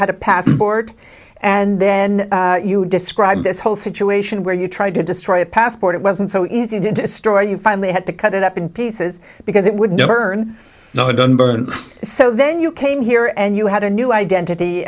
had a passport and then you described this whole situation where you tried to destroy a passport it wasn't so easy to destroy you finally had to cut it up in pieces because it would never know it doesn't burn so then you came here and you had a new identity